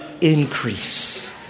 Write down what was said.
increase